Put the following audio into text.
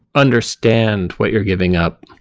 understand what you're giving up.